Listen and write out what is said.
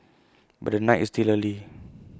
but the night is still early